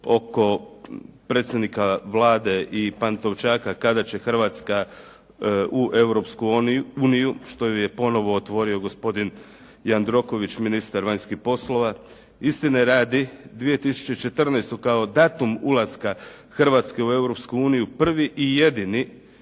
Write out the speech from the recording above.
oko predsjednika Vlade i Pantovčaka kada će Hrvatska u Europsku uniju što ju je ponovno otvorio gospodin Jandroković, ministar vanjskih poslova. Istine radi, 2014. kao datum ulaska Hrvatske u Europsku